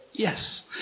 Yes